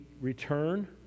return